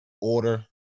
order